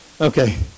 okay